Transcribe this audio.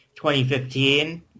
2015